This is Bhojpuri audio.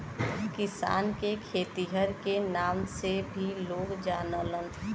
किसान के खेतिहर के नाम से भी लोग जानलन